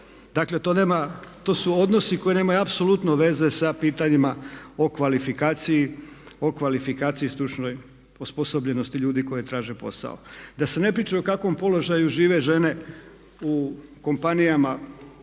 nema, to su odnosi koji nemaju apsolutno veze sa pitanjima o kvalifikaciji stručnoj osposobljenosti ljudi koji traže posao. Da se ne priča u kakvom položaju žive žene u kompanijama,